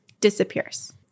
Disappears